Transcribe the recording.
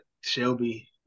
Shelby